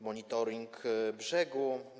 Monitoring brzegu.